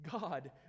God